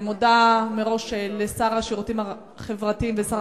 אני מודה מראש לשר הרווחה